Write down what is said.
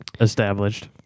established